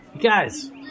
Guys